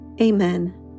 Amen